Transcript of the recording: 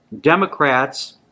Democrats